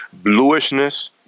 bluishness